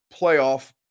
playoff